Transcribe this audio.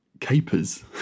capers